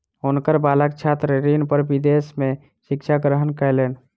हुनकर बालक छात्र ऋण पर विदेश में शिक्षा ग्रहण कयलैन